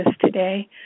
today